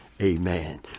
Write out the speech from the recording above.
Amen